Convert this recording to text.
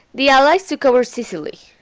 the allies took over sicily,